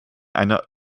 einer